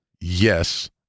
yes